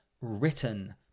written